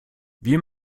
wir